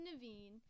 Naveen